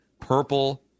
Purple